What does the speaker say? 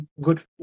good